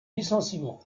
licenciement